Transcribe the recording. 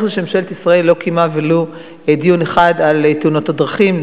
איך זה שממשלת ישראל לא קיימה ולו דיון אחד על תאונות הדרכים,